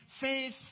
faith